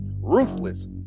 ruthless